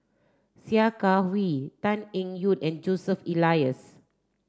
Sia Kah Hui Tan Eng Yoon and Joseph Elias